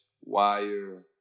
wire